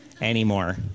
anymore